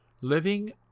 living